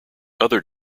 other